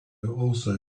also